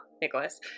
Nicholas